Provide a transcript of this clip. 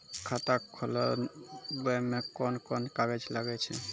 खाता खोलावै मे कोन कोन कागज लागै छै?